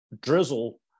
drizzle